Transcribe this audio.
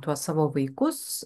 tuos savo vaikus